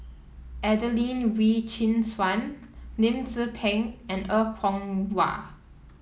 Adelene Wee Chin Suan Lim Tze Peng and Er Kwong Wah